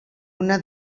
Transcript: una